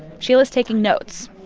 sheila's taking notes,